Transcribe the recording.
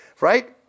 right